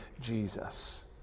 Jesus